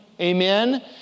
Amen